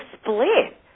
split